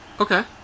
Okay